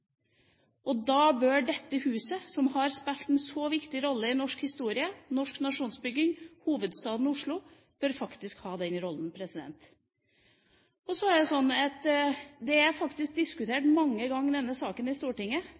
Da bør dette huset, som har spilt en så viktig rolle i norsk historie, norsk nasjonsbygging og hovedstaden Oslo, faktisk ha den rollen. Så er det sånn at denne saken faktisk er diskutert mange ganger i Stortinget.